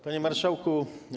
Panie Marszałku!